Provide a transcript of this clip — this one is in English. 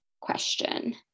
question